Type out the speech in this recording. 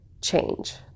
change